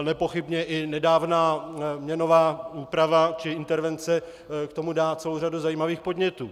Nepochybně i nedávná měnová úprava či intervence k tomu dá celou řadu zajímavých podnětů.